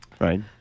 right